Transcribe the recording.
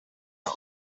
are